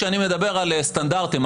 כשאני מדבר על סטנדרטים,